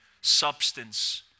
substance